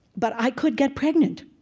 but i could get pregnant.